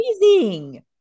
amazing